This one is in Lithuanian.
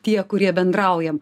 tie kurie bendraujam